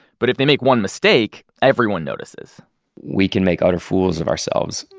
but if they make one mistake, everyone notices we can make utter fools of ourselves.